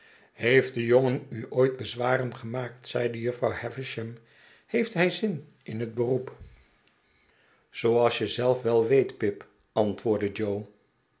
heeft de jongen u ooit bezwaren gemaakt zeide jufvrouw havisham heeft hij zin in het beroep zooals je zelf wel weet pip antwoordde jo